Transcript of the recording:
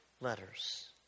letters